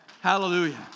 Hallelujah